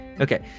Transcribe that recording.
Okay